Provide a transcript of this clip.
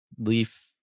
leaf